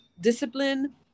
discipline